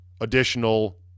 additional